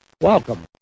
welcome